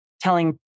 telling